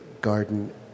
garden